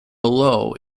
below